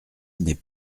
n’est